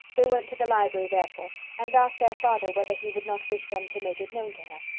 they went to the library, therefore, and asked their father whether he would not wish them to make it known to her.